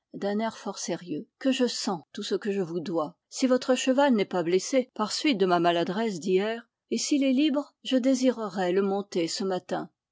fort sérieux que je sens tout ce que je vous dois si votre cheval n'est pas blessé par suite de ma maladresse d'hier et s'il est libre je désirerais le monter ce matin